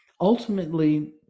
Ultimately